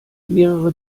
mehrere